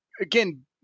again